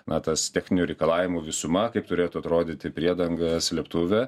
na tas techninių reikalavimų visuma kaip turėtų atrodyti priedanga slėptuvė